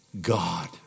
God